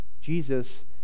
Jesus